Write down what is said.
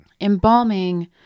Embalming